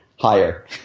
higher